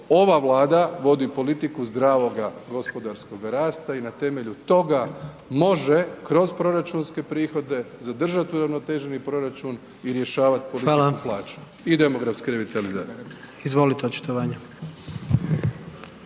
ova Vlada vodi politiku zdravoga gospodarskoga rasta i na temelju toga može kroz proračunske prihode zadržati uravnoteženi proračun i rješavat politiku plaća …/Upadica: